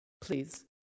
please